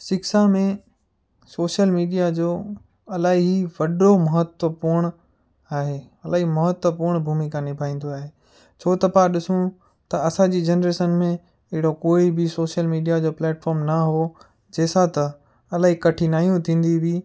शिक्षा में social media जो इलाही ही वॾो महत्वपूर्ण आहे इलाही महत्वपूर्ण भूमिका निभाईंदो आहे छो त पाणि ॾिसूं त असांजी जनरेशन में अहिड़ो कोई बि सोशल मीडिया जो प्लेटफॉम न हो जंहिं सां त इलाहियूं कठिनाइयूं थींदी हुई